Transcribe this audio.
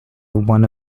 one